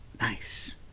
Nice